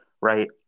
right